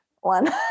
one